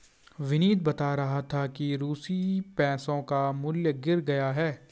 विनीत बता रहा था कि रूसी पैसों का मूल्य गिर गया है